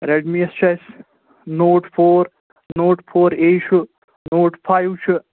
رٮ۪ڈمِیَس چھُ اَسہِ note four note four A چھُ نوٹ فایِو چھُ